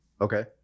Okay